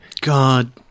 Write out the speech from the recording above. God